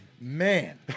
Man